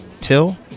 till